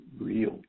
real